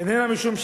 איננה משום שקיים,